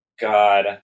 God